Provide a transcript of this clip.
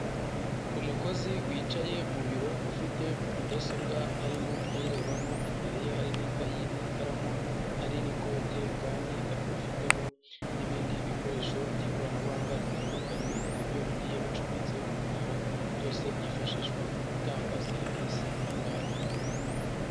Umukozi wicaye mu biro, ufite mudasobwa arimo ayirebamo, imbere ye hari n'ikayi n'ikaramu, hari n'ikote kandi akaba afitemo n'ibindi bikoresho by'ikoranabuhanga bitandukanye na byo bigiye bicometse ku muriro, byose byifashishwa mu gutanga serivisi batanga.